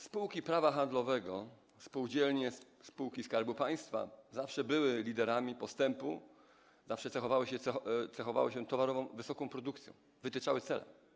Spółki prawa handlowego, spółdzielnie, spółki Skarbu Państwa zawsze były liderami postępu, zawsze cechowały się towarową wysoką produkcją, wytyczały cele.